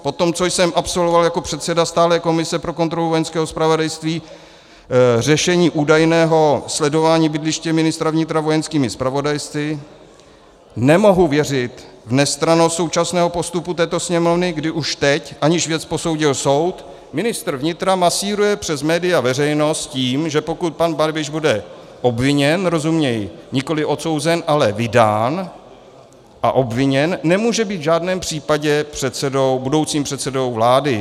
Po tom, co jsem absolvoval jako předseda stálé komise pro kontrolu vojenského zpravodajství řešení údajného sledování bydliště ministra vnitra vojenskými zpravodajci, nemohu věřit v nestrannost současného postupu této Sněmovny, kdy už teď, aniž věc posoudil soud, ministr vnitra masíruje přes média veřejnost tím, že pokud pan Babiš bude obviněn, rozuměj nikoliv odsouzen, ale vydán a obviněn, nemůže být v žádném případě budoucím předsedou vlády.